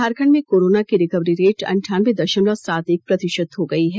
झारखंड में कोरोना की recovery rate अनठानबे दशमलव सात एक प्रतिशत हो गई हैं